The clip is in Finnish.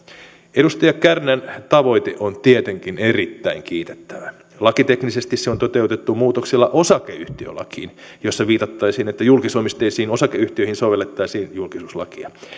edustaja kärnän tavoite on tietenkin erittäin kiitettävä lakiteknisesti se on toteutettu muutoksilla osakeyhtiölakiin jossa viitattaisiin että julkisomisteisiin osakeyhtiöihin sovellettaisiin julkisuuslakia